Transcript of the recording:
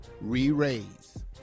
re-raise